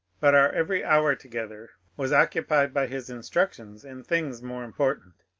but our every hour together was occupied by his instruc tions in things more important.